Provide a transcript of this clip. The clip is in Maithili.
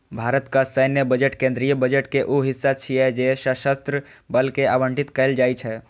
भारतक सैन्य बजट केंद्रीय बजट के ऊ हिस्सा छियै जे सशस्त्र बल कें आवंटित कैल जाइ छै